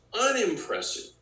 unimpressive